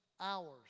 hours